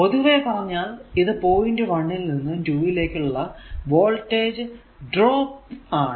പൊതുവെ പറഞ്ഞാൽ ഇത് പോയിന്റ് 1 ൽ നിന്നും 2 ലേക്കുള്ള വോൾടേജ് ഡ്രോപ്പ് ആണ്